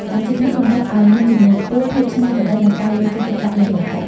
អាជីពនេះតម្រូវឱ្យមានជំនាញខ្ពស់ ភាពច្នៃប្រឌិត និងការយកចិត្តទុកដាក់យ៉ាងលម្អិត។